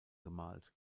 gemalt